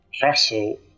castle